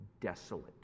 desolate